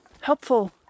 helpful